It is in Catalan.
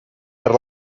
per